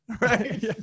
Right